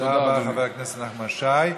תודה רבה לחבר הכנסת נחמן שי.